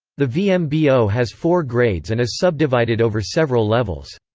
the vmbo has four grades and is subdivided over several levels.